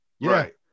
right